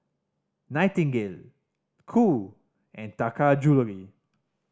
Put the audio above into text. Nightingale Qoo and Taka Jewelry